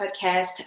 podcast